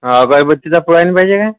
अगरबत्तीचा पुडा आणि पाहिजे काय